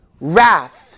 wrath